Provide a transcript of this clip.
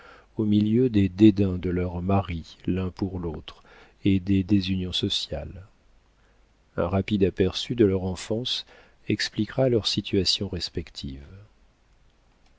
au milieu des dédains de leurs maris l'un pour l'autre et des désunions sociales un rapide aperçu de leur enfance expliquera leur situation respective